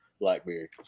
Blackbeard